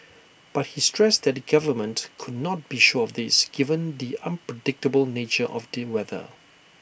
but he stressed that the government could not be sure of this given the unpredictable nature of the weather